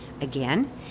Again